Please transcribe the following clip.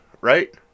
right